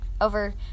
over